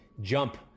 jump